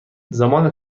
زمان